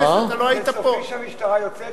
זה סופי שהמשטרה יוצאת?